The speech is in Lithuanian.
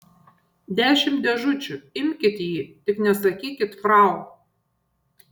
dešimt dėžučių imkit jį tik nesakykit frau